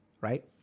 right